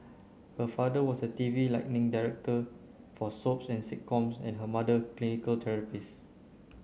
her father was a T V lighting director for soaps and sitcoms and her mother clinical therapist